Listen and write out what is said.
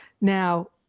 Now